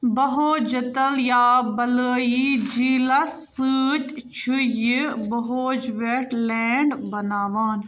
بہوجتل یا بَلٲیی جیٖلَس سۭتۍ چھُ یہِ بہوج وٮ۪ٹ لینٛڈ بناوان